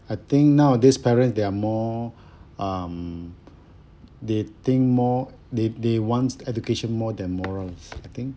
I think nowadays parents they are more um they think more they they wants education more than morals I think